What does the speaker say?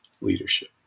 leadership